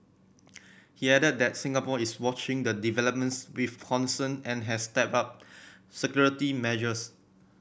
he added that Singapore is watching the developments with concern and has stepped up security measures